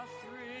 Three